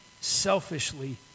selfishly